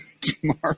tomorrow